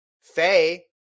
Faye